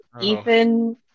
Ethan